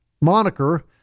moniker